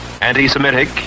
anti-Semitic